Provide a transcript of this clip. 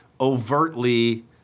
overtly